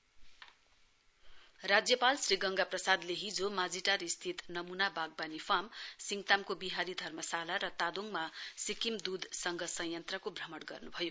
governor राज्यपाल श्री गंगा प्रसादले हिजो माझीटारस्थित नमूना बागवाणी फार्म सिङतामको बिहारी धर्मशाला र तादोङमा सिक्किम दुध सङ्घ संयन्त्रको भ्रमण गर्नुभयो